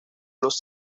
los